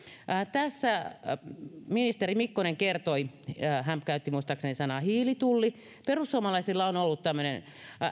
ministeri mikkonen käytti muistaakseni sanaa hiilitulli perussuomalaisilla on ollut tämmöinen